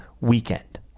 weekend